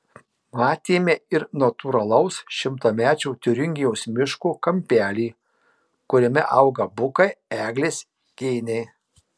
matėme ir natūralaus šimtamečio tiuringijos miško kampelį kuriame auga bukai eglės kėniai